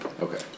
Okay